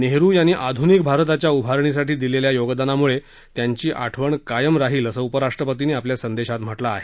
नेहरू यांनी आधुनिक भारताच्या उभारणीसाठी दिलेल्या योगदानामुळे त्यांची आठवण कायम राहील असं उपराष्ट्रपतींनी आपल्या संदेशात म्हार्मं आहे